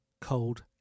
Cold